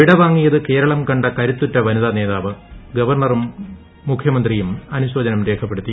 വിടവാങ്ങിയത് കേരളം കണ്ട കരുത്തുറ്റ വനിതാ നേതാവ് ഗവർണറും മുഖ്യമന്ത്രിയും അനുശ്ശോചനം രേഖപ്പെടുത്തി